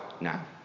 now